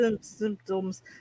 symptoms